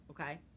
Okay